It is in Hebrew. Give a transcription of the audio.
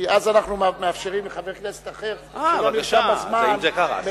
כי אז אנחנו מאפשרים לחבר כנסת מסיעתך שלא נרשם בזמן לדבר.